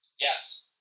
Yes